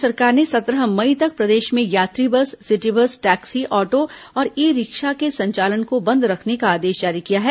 राज्य सरकार ने सत्रह मई तक प्रदेश में यात्री bus city bus taxi auto और ई रिक्शा के संचालन को बंद रखने का आदेश जारी किया है